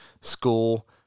school